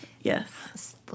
yes